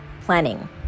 planning